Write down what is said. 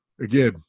again